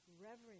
reverence